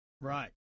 Right